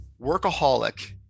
workaholic